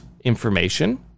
information